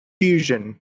fusion